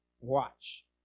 watch